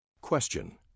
Question